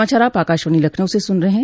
यह समाचार आप आकाशवाणी लखनऊ से सुन रहे हैं